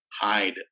hide